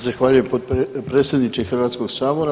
Zahvaljujem predsjedniče Hrvatskog sabora.